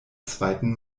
zweiten